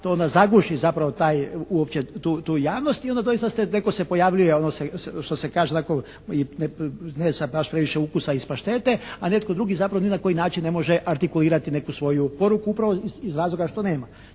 to onda zaguši zapravo taj, uopće tu javnost. I onda doista neko se pojavljuje, što se kaže onako sa ne baš previše ukusa iz paštete, a netko drugi zapravo ni na koji način ne može artikulirati neku svoju poruku, upravo iz razloga što nema.